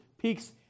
peaks